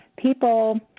People